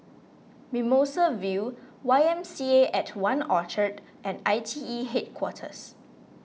Mimosa View Y M C A at one Orchard and I T E Headquarters